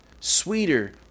sweeter